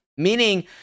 meaning